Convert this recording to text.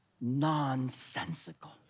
nonsensical